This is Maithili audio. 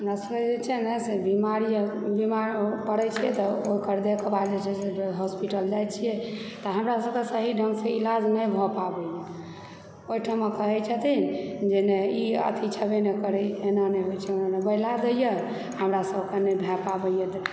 हमरा सभकेँ जे छै न से बीमारी आर बीमार पड़ै छै तऽ ओकर देखभाल जे छै से हॉस्पिटल जाइत छियै तऽ हमरा सभकेँ सही ढ़ंगसँ इलाज नहि भऽ पाबैए ओहिठाम कहय छथिन जे नहि इ अथी छबय नहि करय एना नहि होइत छै ओना बैला दयए हमरा सभकेँ नहि भए पाबैए